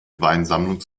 weinsammlung